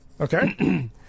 Okay